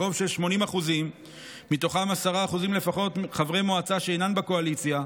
ברוב של 80% מתוכם 10% לפחות חברי מועצה שאינם בקואליציה,